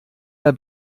der